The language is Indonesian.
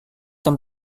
tom